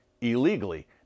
illegally